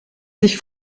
sich